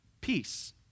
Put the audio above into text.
peace